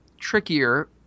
trickier